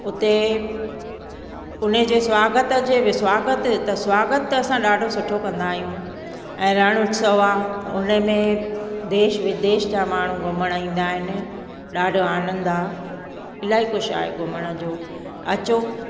उते उन जे स्वागत जे स्वागत त स्वागत असां ॾाढो सुठो कंदा आहियूं ऐं रण उत्सव आहे उन में देश विदेश जा माण्हू घुमणु ईंदा आहिनि ॾाढो आनंदु आहे इलाही कुझु आहे घुमण जो अचो